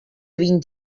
vint